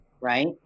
Right